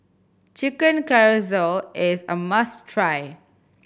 Chicken Casserole is a must try